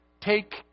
Take